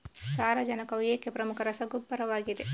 ಸಾರಜನಕವು ಏಕೆ ಪ್ರಮುಖ ರಸಗೊಬ್ಬರವಾಗಿದೆ?